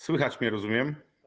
Słychać mnie, rozumiem?